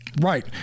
Right